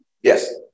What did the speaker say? Yes